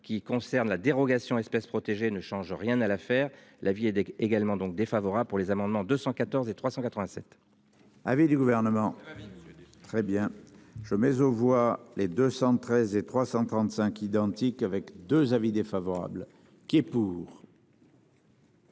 qui concerne la dérogation espèces protégées ne change rien à l'affaire. La vie et des également donc défavorable pour les amendements, 214 et 387. Du gouvernement. Très bien je mais aux voix les 213 et 335 identique avec 2 avis défavorables. Qui est pour.